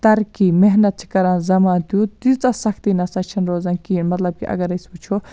تَرقی محنت چھِ کَران زَمان تیو تیٖژاہ سَختی نَسا چھَنہٕ روزان کینٛہہ مَطلَب کہِ اگر أسۍ وٕچھو